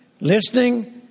listening